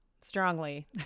strongly